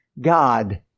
God